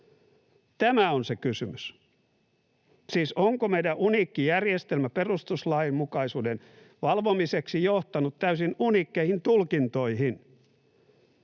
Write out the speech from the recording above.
Tämä on se kysymys. Siis onko meidän uniikki järjestelmämme perustuslainmukaisuuden valvomiseksi johtanut täysin uniikkeihin tulkintoihin?